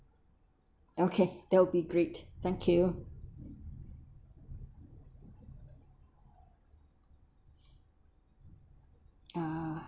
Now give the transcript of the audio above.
okay that'll be great thank you ah